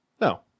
No